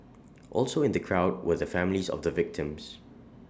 also in the crowd were the families of the victims